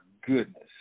goodness